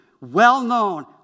well-known